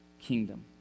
kingdom